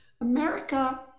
America